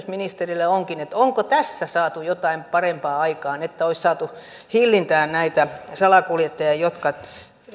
ministerille onkin onko tässä saatu jotain parempaa aikaan että olisi saatu hillintään näitä salakuljettajia jotka